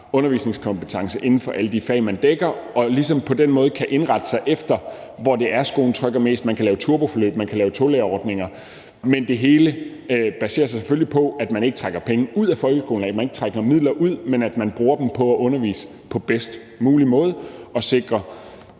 undervisningskompetence inden for alle de fag, vedkommende dækker, så man ligesom på den måde kan indrette sig efter, hvor det er skoen trykker mest; man kan lave turboforløb, man kan lave tolærerordninger. Men det hele baserer sig selvfølgelig på, at man ikke trækker midler ud af folkeskolen, men at man bruger dem på at undervise på bedst mulig måde og sikre,